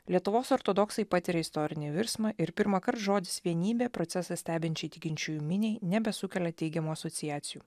lietuvos ortodoksai patiria istorinį virsmą ir pirmąkart žodis vienybė procesą stebinčiai tikinčiųjų miniai nebesukelia teigiamų asociacijų